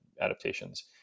adaptations